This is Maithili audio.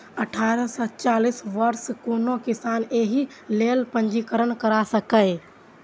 अठारह सं चालीस वर्षक कोनो किसान एहि लेल पंजीकरण करा सकैए